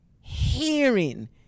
Hearing